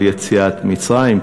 על יציאת מצרים,